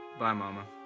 bye, mama.